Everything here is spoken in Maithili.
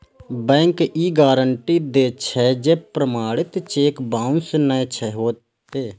बैंक ई गारंटी दै छै, जे प्रमाणित चेक बाउंस नै हेतै